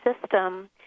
system